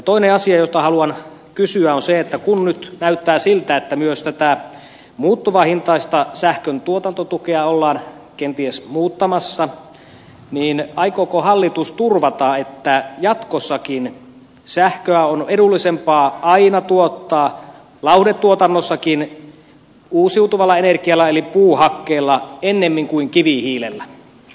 toinen asia josta haluan kysyä on se että kun nyt näyttää siltä että myös tätä muuttuvahintaista sähkön tuotantotukea ollaan kenties muuttamassa niin aikooko hallitus turvata että jatkossakin sähköä on edullisempaa aina tuottaa lauhdetuotannossakin uusiutuvalla energialla eli puuhakkeella ennemmin kuin kivihiilellä